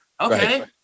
Okay